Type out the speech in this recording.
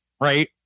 right